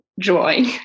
drawing